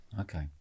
Okay